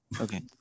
Okay